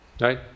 right